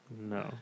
No